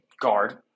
guard